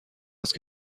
است